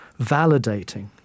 validating